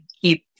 keep